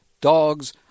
dogs